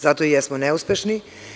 Zato i jesmo neuspešni.